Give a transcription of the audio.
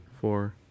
four